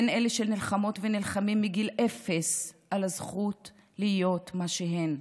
הן אלה שנלחמות ונלחמים מגיל אפס על הזכות להיות מה שהם.